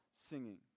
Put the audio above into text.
singing